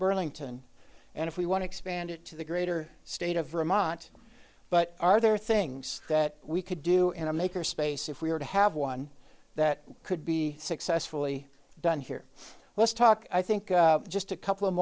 burlington and if we want to expand it to the greater state of vermont but are there things that we could do in a maker space if we were to have one that could be successfully done here let's talk i think just a couple